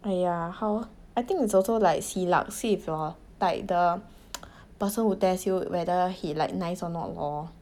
!aiya! how I think it's also like see luck see if your like the person who test you whether he like nice or not lor